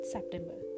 September